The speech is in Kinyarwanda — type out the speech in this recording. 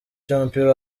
cy’umupira